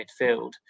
midfield